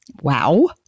Wow